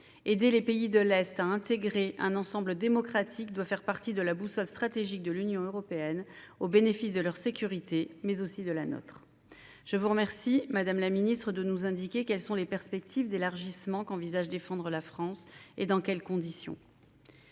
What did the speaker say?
Aider les pays de l'Est à intégrer un ensemble démocratique doit faire partie de la boussole stratégique de l'Union européenne, au bénéfice de leur sécurité, mais aussi de la nôtre. Je vous saurais donc gré, madame la secrétaire d'État, de nous indiquer quelles perspectives d'élargissement la France envisage de défendre, et dans quelles conditions